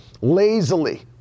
lazily